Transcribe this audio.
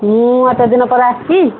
ମୁଁ ପରଦିନ ପରା ଆସିଛି